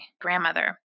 grandmother